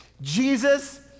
Jesus